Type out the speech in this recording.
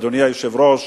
אדוני היושב-ראש,